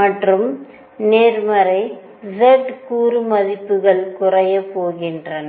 மற்றும் நேர்மறை z கூறு மதிப்புகள் குறையப் போகின்றன